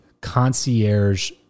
concierge